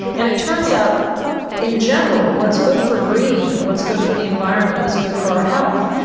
and it turns out in general what's good for green and what's good for the environment is good for our health.